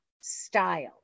style